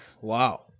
Wow